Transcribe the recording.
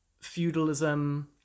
feudalism